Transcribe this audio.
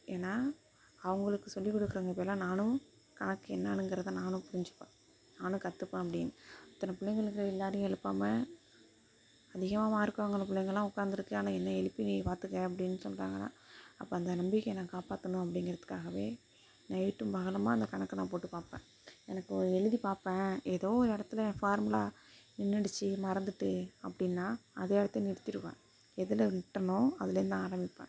ஏன்னா அவங்களுக்கு சொல்லிக் கொடுக்குறதுக்கு பதிலாக நானும் கணக்கு என்னன்னுங்குறத நானும் புரிஞ்சிப்பேன் நானும் கற்றுப்பேன் அப்படின் அத்தனை பிள்ளைங்க இருக்க எல்லாரையும் எழுப்பாம அதிகமாக மார்க் வாங்கின பிள்ளைங்களாம் உட்காந்துருக்கு ஆனால் என்னை எழுப்பி நீ பார்த்துக்க அப்படின்னு சொல்கிறாங்கன்னா அப்போ அந்த நம்பிக்கையை நான் காப்பாற்றணும் அப்படிங்கிறத்துக்காகவே நைட்டும் பகலுமாக அந்த கணக்கை நான் போட்டு பார்ப்பேன் எனக்கு எழுதி பார்ப்பேன் ஏதோ ஒரு இடத்துல ஃபார்முலா நின்றுடுச்சி மறந்துட்டு அப்படின்னா அதே இடத்துல நிறுத்திடுவேன் எதில் விட்டனோ அதுலேயிருந்து ஆரம்மிப்பேன்